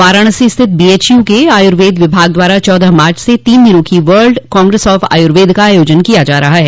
वाराणसी स्थित बीएचयू के आयुर्वेद विभाग द्वारा चौदह मार्च से तीन दिनों की वर्ल्ड कांग्रेस ऑफ आयुर्वेद का आयोजन किया जा रहा है